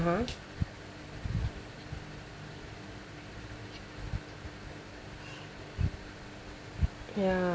(uh huh) ya